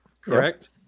correct